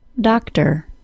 Doctor